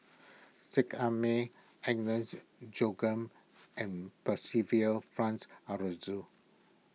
Seet Ai Mee Agnes Joaquim and Percival Frank Aroozoo